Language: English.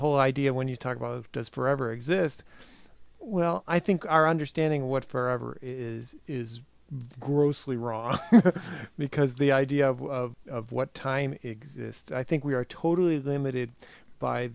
whole idea when you talk about does forever exist well i think our understanding of what forever is is grossly wrong because the idea of what time exists i think we are totally limited by